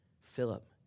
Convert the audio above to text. Philip